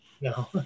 No